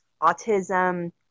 autism